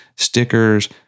Stickers